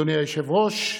אדוני היושב-ראש: